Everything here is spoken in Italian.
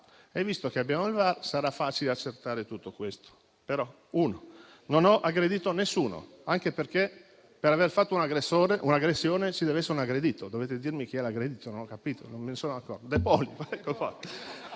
e, visto che abbiamo il VAR, sarà ancora più facile accertare tutto questo. Però, uno: non ho aggredito nessuno, anche perché, per aver fatto un'aggressione, ci dev'essere un aggredito. Dovete dirmi chi è l'aggredito; non ho capito, non me ne sono accorto: forse De Poli.